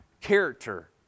character